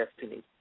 destiny